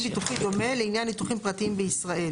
ביטוחי דומה לעניין ניתוחים פרטיים בישראל